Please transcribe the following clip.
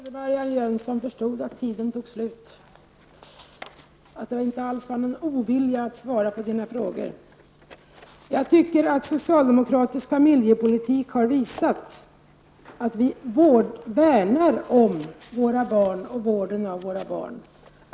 Herr talman! Jag trodde att Marianne Jönsson förstod att min taletid var slut. Jag var alltså inte ovillig att svara på hennes frågor. Jag tycker att socialdemokratisk familjepolitik har visat att vi värnar om våra barn och vården av våra barn.